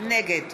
נגד